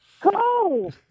Cool